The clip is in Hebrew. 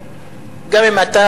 גם אם אתה